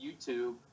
YouTube